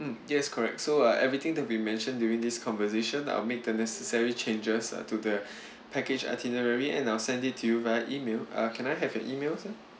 mm yes correct so uh everything that we mentioned during this conversation I'll make the necessary changes uh to the package itinerary and I'll send it to you via email uh can I have your email sir